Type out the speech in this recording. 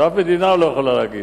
באף מדינה הוא לא יכול היה להגיד,